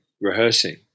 rehearsing